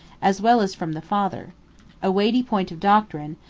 as well as from the father a weighty point of doctrine,